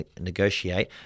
negotiate